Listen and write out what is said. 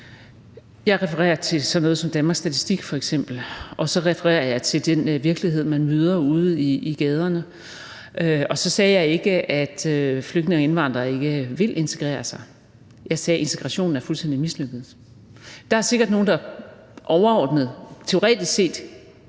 Jeg refererer til sådan noget som f.eks. Danmarks Statistik, og så refererer jeg til den virkelighed, man møder ude i gaderne. Og så sagde jeg ikke, at flygtninge og indvandrere ikke vil integrere sig, men jeg sagde, at integrationen er fuldstændig mislykket. Der er sikkert nogle, der overordnet og teoretisk set